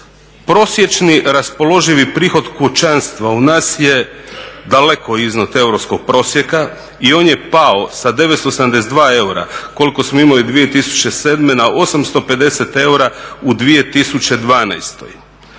Prosječni raspoloživi prihod kućanstva u nas je daleko iznad europskog prosjeka i on je pao sa 972 eura koliko smo imali 2007. na 850 eura u 2012.